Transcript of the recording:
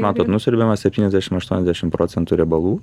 matot nusiurbiama septyniasdešimt aštuoniasdešimt procentų riebalų